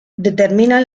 determinan